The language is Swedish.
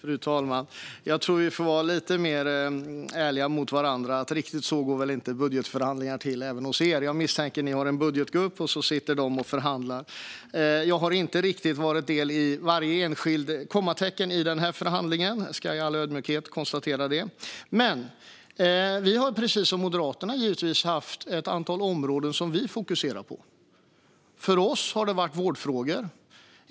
Fru talman! Jag tror att vi får vara lite mer ärliga mot varandra; riktigt så går väl inte budgetförhandlingar till hos er heller, utan jag misstänker att ni har en budgetgrupp som sitter och förhandlar. Jag har inte riktigt varit delaktig i varje enskilt kommatecken i den här förhandlingen, ska jag i all ödmjukhet konstatera. Precis som Moderaterna har vi dock givetvis haft ett antal områden som vi har fokuserat på. För oss har det varit vårdfrågor.